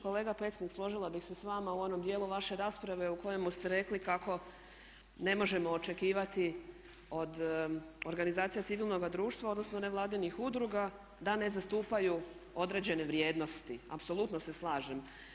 Kolega Pecnik, složila bi se s vama u onom djelu vaše rasprave u kojemu ste rekli kako ne možemo očekivati od organizacija civilnoga društva, odnosno nevladinih udruga da ne zastupaju određene vrijednosti, apsolutno se slažem.